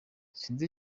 sinzi